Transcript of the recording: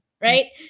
Right